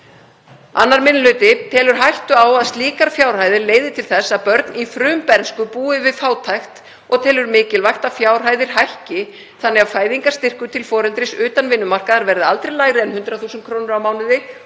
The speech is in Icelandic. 2. minni hluti telur hættu á að slíkar fjárhæðir leiði til þess að börn í frumbernsku búi við fátækt og telur mikilvægt að fjárhæðir hækki þannig að fæðingarstyrkur til foreldris utan vinnumarkaðar verði aldrei lægri en 100.000 kr. á mánuði